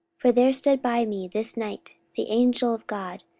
for there stood by me this night the angel of god,